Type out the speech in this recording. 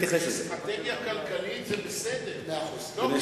כאסטרטגיה כלכלית זה בסדר, לא כתעלול בחירות.